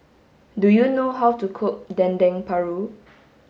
do you know how to cook Dendeng Paru